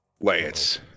Lance